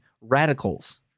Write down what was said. radicals